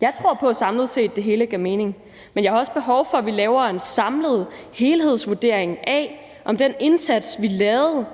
Jeg tror på, at samlet set gav det hele mening, men jeg har også behov for, at vi laver en samlet helhedsvurdering af, om den indsats, vi lavede,